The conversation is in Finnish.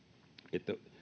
että